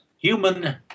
human